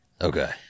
Okay